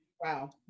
Wow